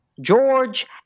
George